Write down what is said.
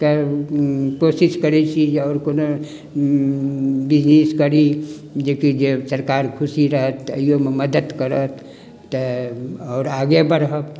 तऽ कोशिश करै छी आओर कोनो बिजनेस करी जेकि जे सरकार खुशी रहैत तऽ एहिओमे मदद करत तऽ आओर आगे बढ़ब